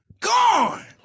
gone